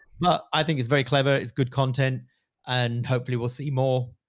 but i think it's very clever. it's good content and hopefully we'll see more.